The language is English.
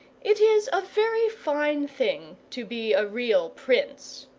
it is a very fine thing to be a real prince.